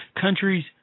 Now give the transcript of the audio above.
Countries